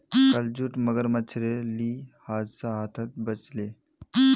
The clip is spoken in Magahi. कल जूत मगरमच्छेर ली हादसा ह त ह त बच ले